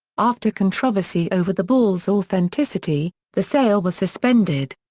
after controversy over the ball's authenticity, the sale was suspended.